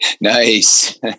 nice